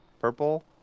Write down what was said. Purple